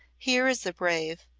here is a brave,